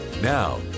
Now